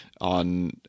on